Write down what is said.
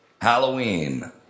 Halloween